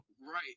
Right